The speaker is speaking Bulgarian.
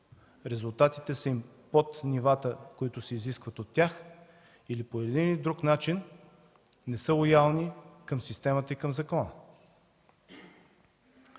резултатите са им под нивата, които се изискват от тях или по един или друг начин не са лоялни към системата и към закона.